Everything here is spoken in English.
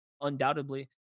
undoubtedly